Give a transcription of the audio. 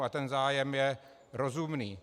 A ten zájem je rozumný.